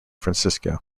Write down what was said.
francisco